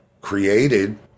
created